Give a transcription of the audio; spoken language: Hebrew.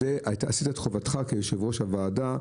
אתה עשית את חובתך כיושב ראש הוועדה,